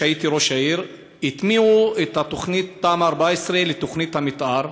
כשהייתי ראש העיר: הטמיעו את תוכנית תמ"א 14 בתוכנית המתאר,